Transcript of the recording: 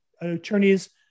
attorneys